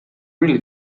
really